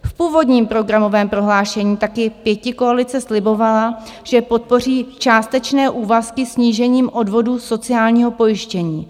V původním programovém prohlášení taky pětikoalice slibovala, že podpoří částečné úvazky snížením odvodů sociálního pojištění.